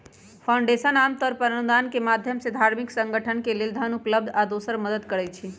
foundation आमतौर पर अनुदान के माधयम से धार्मिक संगठन के लेल धन उपलब्ध आ दोसर मदद करई छई